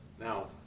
Now